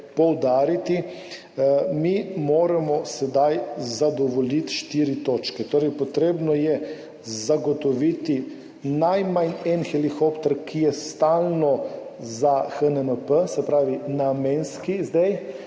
poudariti, mi moramo sedaj zadovoljiti štiri točke. Torej, potrebno je zagotoviti najmanj en helikopter, ki je stalen za HNMP, se pravi namenski,